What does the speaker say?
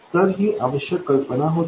तर ही आवश्यक कल्पना होती